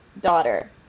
daughter